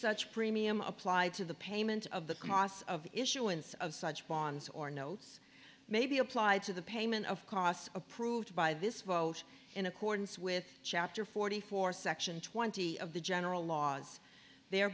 such premium applied to the payment of the costs of issuance of such bonds or notes may be applied to the payment of costs approved by this vote in accordance with chapter forty four section twenty of the general laws